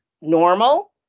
normal